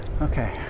Okay